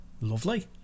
lovely